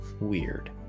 Weird